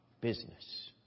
business